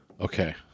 Okay